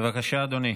בבקשה, אדוני.